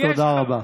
תודה רבה.